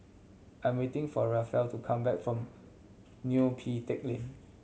I'm waiting for Rafe to come back from Neo Pee Teck Lane